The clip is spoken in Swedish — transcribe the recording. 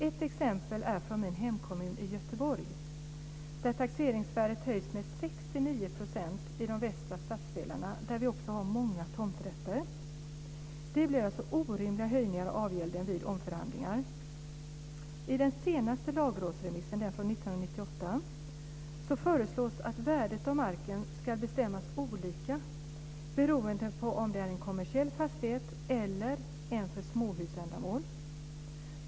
Ett exempel är från min hemkommun Göteborg, där taxeringsvärdet höjs med 69 % i de västra stadsdelarna, där vi också har många tomträtter. Det blir alltså orimliga höjningar av avgälden vid omförhandlingar. I den senaste lagrådsremissen från 1998 föreslås att värdet av marken ska bestämmas olika beroende på om det är en kommersiell fastighet eller en fastighet för småhusändamål.